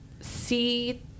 see